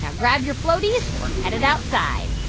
yeah grab your floaties. we're headed outside.